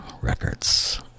Records